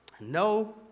No